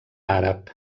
àrab